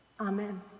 Amen